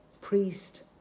priest